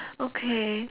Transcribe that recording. okay